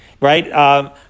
right